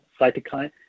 cytokine